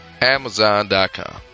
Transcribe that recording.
amazon.com